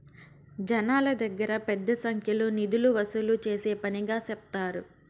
జనాల దగ్గర పెద్ద సంఖ్యలో నిధులు వసూలు చేసే పనిగా సెప్తారు